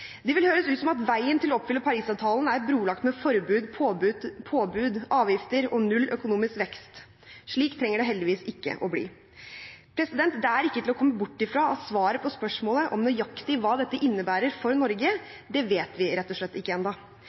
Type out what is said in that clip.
Det vil høres ut som om veien til å oppfylle Paris-avtalen er brolagt med forbud, påbud, avgifter og null økonomisk vekst. Slik trenger det heldigvis ikke å bli. Det er ikke til å komme bort fra at svaret på spørsmålet om nøyaktig hva dette innebærer for Norge, det vet vi rett og slett ikke